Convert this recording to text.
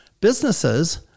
businesses